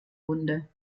wunde